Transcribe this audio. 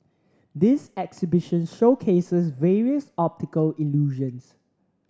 this exhibition showcases various optical illusions